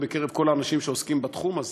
בקרב כל האנשים שעוסקים בתחום הזה,